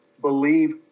believe